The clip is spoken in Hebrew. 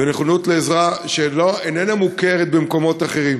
ונכונות לעזרה, שאיננה מוכרת במקומות אחרים.